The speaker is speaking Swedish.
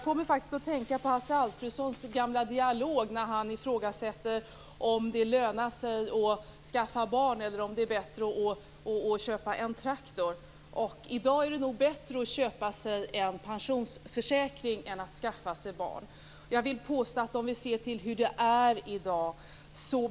Detta får mig att tänka på Hasse Alfredsons dialog där han ifrågasätter om det lönar sig att skaffa barn eller om det är bättre att köpa en traktor. I dag är det nog bättre att köpa sig en pensionsförsäkring än att skaffa sig barn.